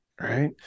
Right